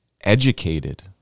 educated